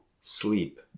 sleep